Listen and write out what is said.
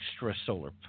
extrasolar